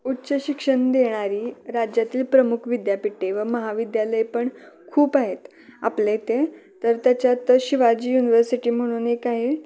उच्च शिक्षण देणारी राज्यातील प्रमुख विद्यापीठे व महाविद्यालय पण खूप आहेत आपले इथे तर त्याच्यात शिवाजी युनिव्हर्सिटी म्हणून एक आहे